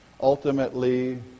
ultimately